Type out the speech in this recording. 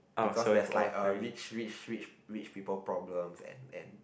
because that's like uh rich rich rich rich people problems and and